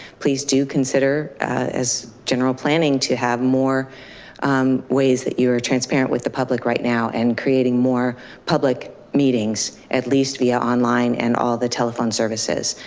please do consider as general planning to have more ways that you are transparent with the public right now. and creating more public meetings, at least via online and all the telephone services.